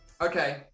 Okay